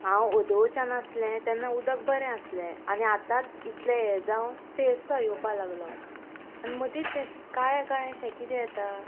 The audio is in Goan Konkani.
हांव ओदोवच्यान आसलें तेन्ना उदक बरें आसलें आनी आतां इतलें हें जावन फेस सो येवपा लागलो आनी मदींच तें काळें काळें शें किदें येता